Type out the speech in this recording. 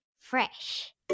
fresh